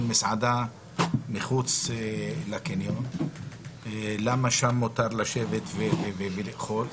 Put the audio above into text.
מסעדה שהיא מחוץ לקניון והשאלה היא למה שם מותר לשבת ולאכול,